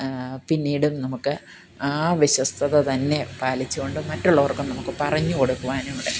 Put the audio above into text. പിന്നീടും നമുക്ക് ആ വിശ്വസ്തത തന്നെ പാലിച്ചു കൊണ്ട് മറ്റുള്ളവർക്കും നമുക്ക് പറഞ്ഞു കൊടുക്കുവാനുണ്ട്